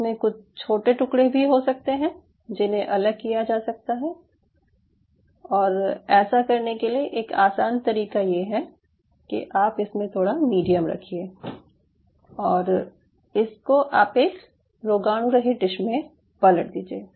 इसमें कुछ छोटे टुकड़े भी हो सकते हैं जिन्हे अलग किया जा सकता है और ऐसा करने के लिए एक आसान तरीका ये है कि आप इसमें थोड़ा मीडियम रखिये और इसको आप एक रोगाणुरहित डिश में पलट दीजिये